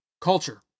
culture